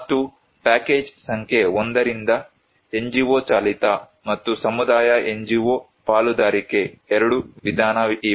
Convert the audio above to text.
ಮತ್ತು ಪ್ಯಾಕೇಜ್ ಸಂಖ್ಯೆ 1 ರಿಂದ NGO ಚಾಲಿತ ಮತ್ತು ಸಮುದಾಯ NGO ಪಾಲುದಾರಿಕೆ 2 ವಿಧಾನ ಇವೆ